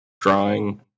drawing